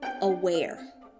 aware